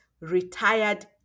retired